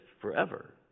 forever